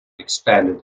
expanded